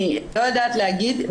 אני לא יודעת להגיד,